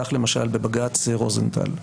כך למשל בבג"ץ רוזנטל,